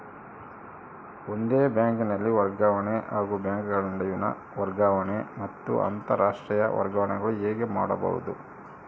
ಒಂದೇ ಬ್ಯಾಂಕಿನಲ್ಲಿ ವರ್ಗಾವಣೆ ಹಾಗೂ ಬ್ಯಾಂಕುಗಳ ನಡುವಿನ ವರ್ಗಾವಣೆ ಮತ್ತು ಅಂತರಾಷ್ಟೇಯ ವರ್ಗಾವಣೆಗಳು ಹೇಗೆ ಮಾಡುವುದು?